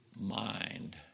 mind